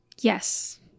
Yes